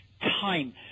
time